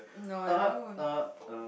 no I don't know who